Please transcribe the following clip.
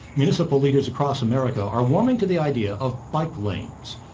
municipal leaders across america are warming to the idea of bike lanes.